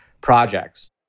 projects